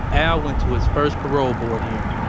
al went to his first parole board hearing